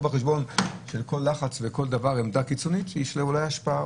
בחשבון שכל לחץ וכל עמדה קיצונית יש לה אולי השפעה.